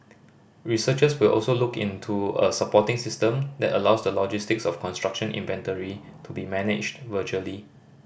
researchers will also look into a supporting system that allows the logistics of construction inventory to be managed virtually